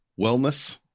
wellness